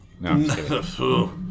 No